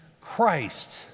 Christ